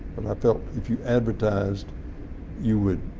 but i felt if you advertised you would